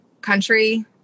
country